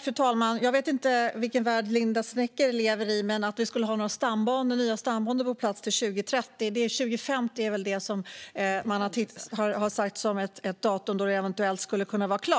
Fru talman! Jag vet inte i vilken värld Linda Snecker lever, men inte skulle vi kunna ha nya stambanor på plats till 2030. År 2050 är det väl sagt att de eventuellt skulle vara klara.